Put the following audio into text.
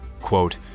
Quote